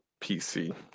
PC